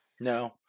No